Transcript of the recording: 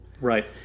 Right